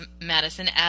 Madison